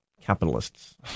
capitalists